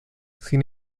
sin